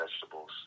vegetables